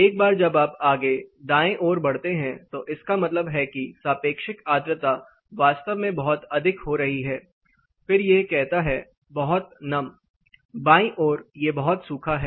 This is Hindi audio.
एक बार जब आप आगे दाएं ओर बढ़ते हैं तो इसका मतलब है कि सापेक्षिक आर्द्रता वास्तव में बहुत अधिक हो रही है फिर यह कहता हैं बहुत नम बाईं ओर यह बहुत सूखा है